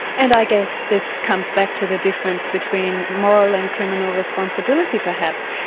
and i guess this comes back to the difference between moral and criminal responsibility perhaps.